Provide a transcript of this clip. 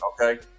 Okay